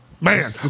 man